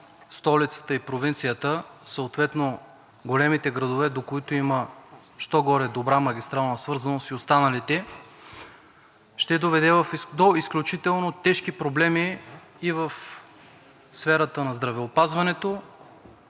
столицата и провинцията, съответно големите градове, до които има що-годе добра магистрална свързаност, и останалите, ще доведе до изключително тежки проблеми и в сферата на здравеопазването,